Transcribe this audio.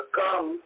come